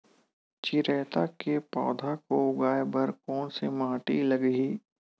चिरैता के पौधा को उगाए बर कोन से माटी लगही?